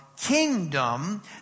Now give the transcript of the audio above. kingdom